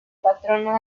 patrono